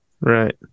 Right